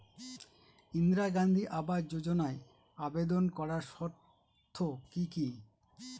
ইন্দিরা গান্ধী আবাস যোজনায় আবেদন করার শর্ত কি কি?